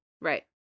Right